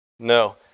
No